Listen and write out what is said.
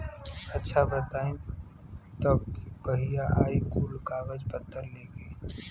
अच्छा बताई तब कहिया आई कुल कागज पतर लेके?